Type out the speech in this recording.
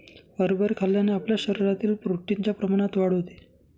हरभरे खाल्ल्याने आपल्या शरीरातील प्रोटीन च्या प्रमाणात वाढ होते